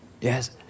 Yes